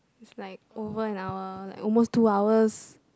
is like over an hour like almost two hours